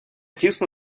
тісно